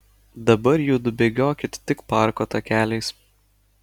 dabar judu bėgiokit tik parko takeliais